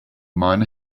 miner